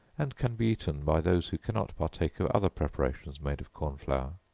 and can be eaten by those who cannot partake of other preparations made of corn flour.